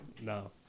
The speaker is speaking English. no